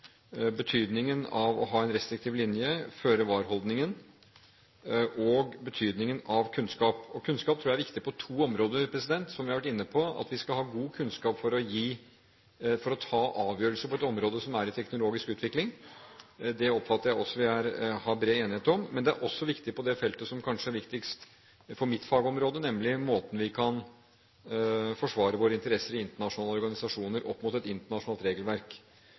betydningen av å ha en restriktiv linje, føre-var-holdningen og betydningen av kunnskap. Kunnskap tror jeg er viktig på to områder. Som vi har vært inne på, er det viktig at vi har god kunnskap for å ta avgjørelser på et område som er i teknologisk utvikling, som jeg oppfatter at det er bred enighet om. Det er også viktig på det feltet som kanskje er viktigst for mitt fagområde, nemlig måten vi kan forsvare våre interesser på i internasjonale organisasjoner opp mot et internasjonalt regelverk.